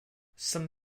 some